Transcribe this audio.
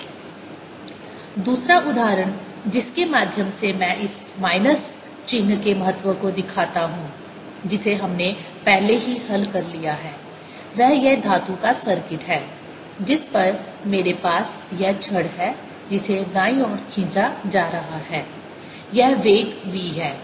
0 LdIdtRI dIdtRLI0 or II0e RLt दूसरा उदाहरण जिसके माध्यम से मैं इस माइनस चिन्ह के महत्व को दिखाता हूं जिसे हमने पहले ही हल कर लिया है वह यह धातु का सर्किट है जिस पर मेरे पास यह छड़ है जिसे दाईं ओर खींचा जा रहा है यह वेग v है